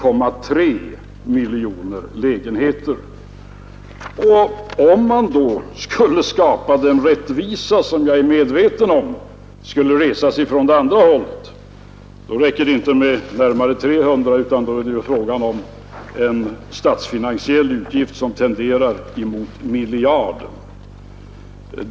Om man skulle tillgodose det krav på rättvisa som jag är medveten om då skulle resas från det andra hållet, räcker det inte med närmare 300 miljoner kronor utan det blir då fråga om en statsfinansiell utgift som tenderar att gå upp emot miljarden.